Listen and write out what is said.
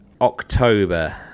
October